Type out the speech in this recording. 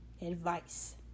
advice